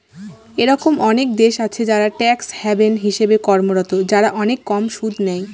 এরকম অনেক দেশ আছে যারা ট্যাক্স হ্যাভেন হিসেবে কর্মরত, যারা অনেক কম সুদ নেয়